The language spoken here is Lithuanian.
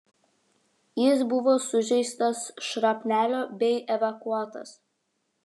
jis buvo sužeistas šrapnelio bei evakuotas